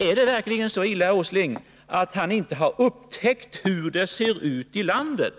Är det verkligen så illa att herr Åsling inte har upptäckt hur det ser ut i landet?